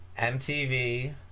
MTV